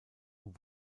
und